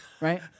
Right